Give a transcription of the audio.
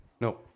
No